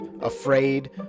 afraid